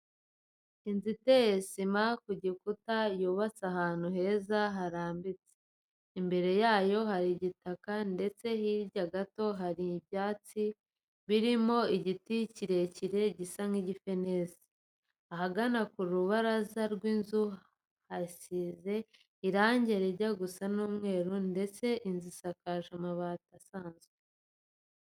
Inzu iteye sima ku gikuta yubatse ahantu heza harambitse, imbere yayo hari igitaka ndetse hirya gato hari ibyatsi birimo igiti kirekire gisa n'igifenesi. Ahagana ku rubaraza rw'inzu hasize irange rijya gusa n'umweru ndetse inzu isakaje amabati asanzwe.